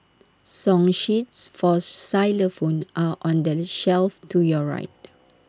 song sheets for xylophones are on the shelf to your right